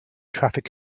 traffic